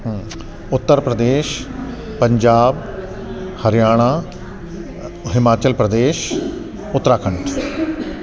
हूं Uttar Pradesh Punjab Haryana Himachal Pradesh Uttarakhand